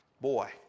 Boy